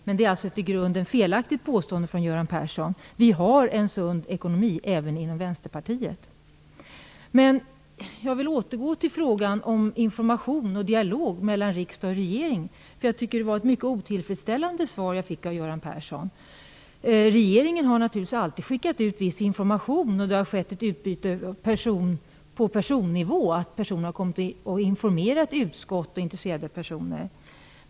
Men det är alltså ett i grunden felaktigt påstående av Göran Persson. Vi har en sund ekonomi även inom Vänsterpartiet. Men jag vill återgå till frågan om information och dialog mellan riksdag och regering. Jag tycker att jag fick ett mycket otillfredsställande svar av Göran Persson. Regeringen har naturligtvis alltid skickat ut viss information, och det har skett ett utbyte på personnivå. Personer har informerat utskott och intresserade personer.